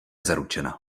zaručena